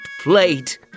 plate